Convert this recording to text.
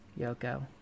Yoko